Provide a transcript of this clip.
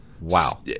Wow